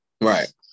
right